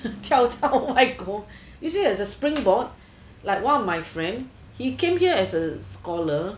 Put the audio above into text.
跳跳外国 use it as a springboard like one of my friend he came here as a scholar